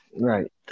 Right